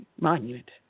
monument